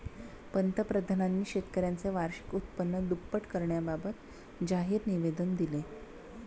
पंतप्रधानांनी शेतकऱ्यांचे वार्षिक उत्पन्न दुप्पट करण्याबाबत जाहीर निवेदन दिले